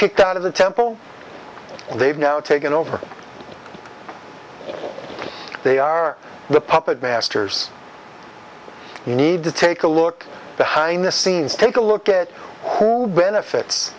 kicked out of the temple and they've now taken over they are the puppet masters you need to take a look behind the scenes take a look at who benefits